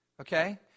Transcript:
okay